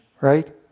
right